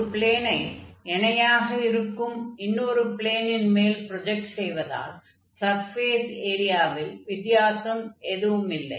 ஒரு ப்ளேனை இணையாக இருக்கும் இன்னொரு ப்ளேனின் மேல் ப்ரொஜக்ட் செய்வதால் சர்ஃபேஸ் ஏரியவில் வித்தியாசம் எதுவும் இல்லை